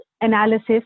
analysis